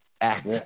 act